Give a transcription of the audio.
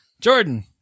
Jordan